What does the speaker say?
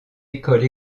école